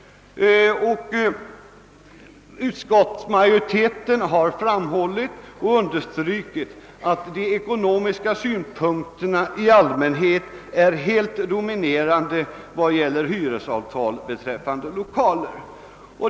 Utskottsmajoriteten understryker att de ekonomiska synpunkterna i allmänhet är helt dominerande då det gäller hyresavtal beträffande lokaler.